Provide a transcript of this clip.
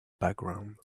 background